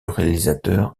réalisateur